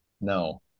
No